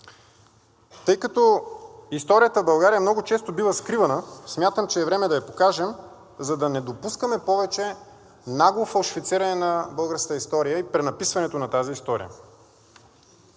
Тъй като историята в България много често бива скривана, смятам, че е време да я покажем, за да не допускаме повече нагло фалшифициране на българската история и пренаписването на тази история.